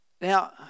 Now